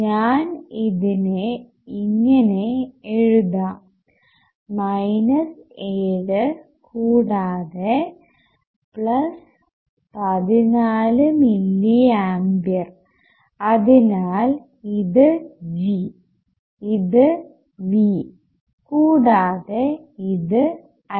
ഞാൻ ഇതിനെ ഇങ്ങനെ എഴുതാം മൈനസ് 7 കൂടാതെ പ്ലസ് 14 മില്ലി ആംപിയർ അതിനാൽ ഇത് G ഇത് V കൂടാതെ ഇത് I